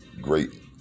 great